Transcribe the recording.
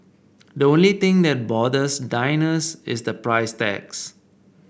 the only thing that bothers diners is the price tags